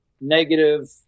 negative